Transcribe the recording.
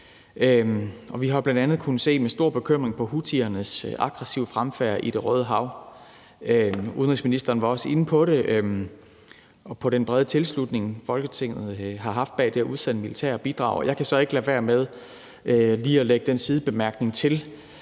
Vi har bl.a. kunnet se med stor bekymring på houthiernes aggressive fremfærd i Det Røde Hav. Udenrigsministeren var også inde på det og på den brede tilslutning, Folketinget har haft til det at udsende militære bidrag. Jeg kan så ikke lade være med lige at komme med en sidebemærkning.